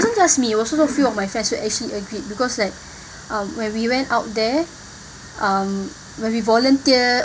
it wasn't just me also got few of my friends who actually agreed because like um when we went out there um when we volunteer